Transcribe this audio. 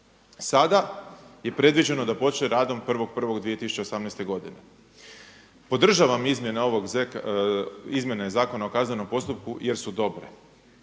Sada je predviđeno da počne radom 1.1.2018. godine. Podržavam izmjene ZKP-a jer su dobre.